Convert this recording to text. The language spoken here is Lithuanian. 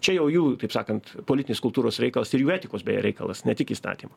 čia jau jų taip sakant politinės kultūros reikalas ir jų etikos beje reikalas ne tik įstatymų